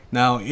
now